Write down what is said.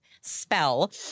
spell